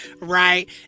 right